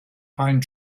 pine